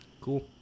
Cool